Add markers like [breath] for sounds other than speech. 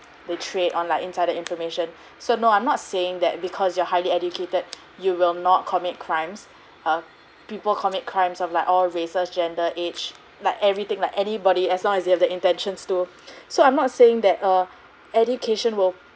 they trade on like insider information so no I'm not saying that because you're highly educated you will not commit crimes uh people commit crimes of like all racers gender age like everything like anybody as long as you have the intentions to [breath] so I'm not saying that uh education will